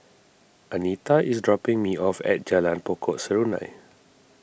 Anita is dropping me off at Jalan Pokok Serunai